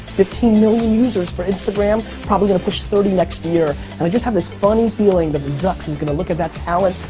fifteen million users for instagram, probably gonna push thirty next year. and i just have this funny feeling that the zuk's gonna look at that talent,